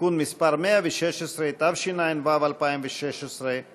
(תיקון מס' 116), התשע"ו 2016,